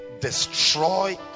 destroy